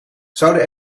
zouden